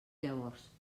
llavors